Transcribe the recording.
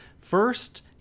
First